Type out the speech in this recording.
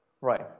Right